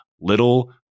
little